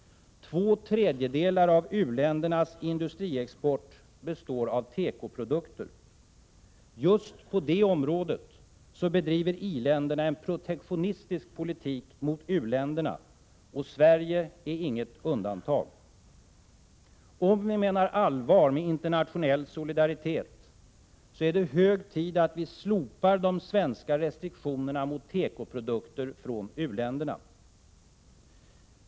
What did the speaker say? Två tredjedelar av u-ländernas industriexport består av tekoprodukter. Just på det området bedriver i-länderna en protektionistisk politik mot u-länderna. Och Sverige är inget undantag. Om vi menar allvar med internationell solidaritet, är det hög tid att vi slopar de svenska restriktionerna mot tekoprodukter från u-länderna.